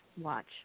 watch